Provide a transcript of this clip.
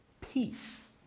peace